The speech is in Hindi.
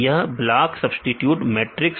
यह ब्लॉक सब्सीट्यूटेड मैट्रिक्स